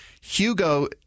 Hugo